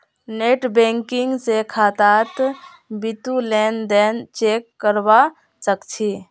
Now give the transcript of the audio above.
net banking स खातात बितु लेन देन चेक करवा सख छि